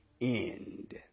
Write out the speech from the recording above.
end